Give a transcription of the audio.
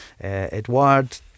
Edward